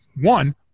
one